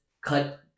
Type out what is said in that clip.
cut